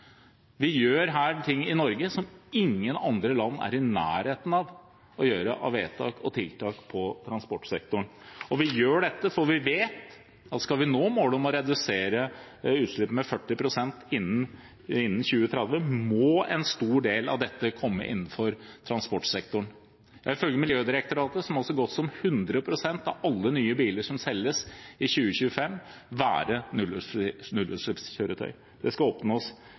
Vi gjør med dette vedtak og tiltak i transportsektoren i Norge som ingen andre land er i nærheten av å gjøre. Vi gjør dette fordi vi vet at skal vi nå målet om å redusere utslippene med 40 pst. innen 2030, må en stor del av dette komme innenfor transportsektoren. Ifølge Miljødirektoratet må så godt som 100 pst. av alle nye biler som selges i 2025, være nullutslippskjøretøy. Det skal oppnås